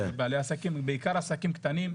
בעיקר עסקים קטנים,